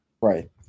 right